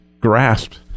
grasped